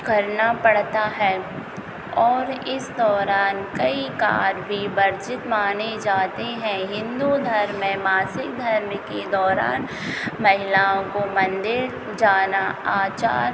करना पड़ता है और इस दौरान कई कार्य भी वर्जित माने जाते हैं हिन्दू धर्म में मासिक धर्म के दौरान महिलाओं को मंदिर जाना अचार